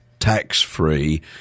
tax-free